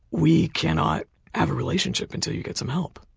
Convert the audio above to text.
we cannot have a relationship until you get some help.